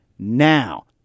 Now